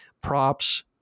props